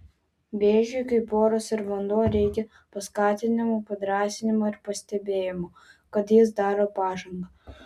vėžiui kaip oras ir vanduo reikia paskatinimo padrąsinimo ir pastebėjimo kad jis daro pažangą